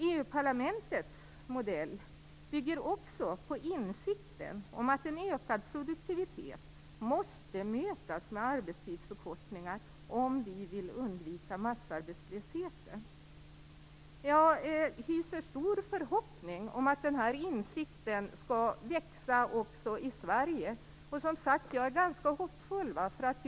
EU-parlamentets modell bygger också på insikten om att en ökad produktivitet måste mötas med arbetstidsförkortningar, om vi vill undvika massarbetslösheten. Jag hyser stor förhoppning om att den här insikten skall växa också i Sverige. Jag är, som sagt, ganska hoppfull.